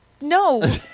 No